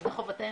וזו חובתנו.